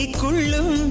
kulam